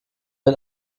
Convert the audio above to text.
mit